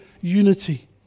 unity